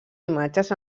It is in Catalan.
imatges